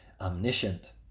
omniscient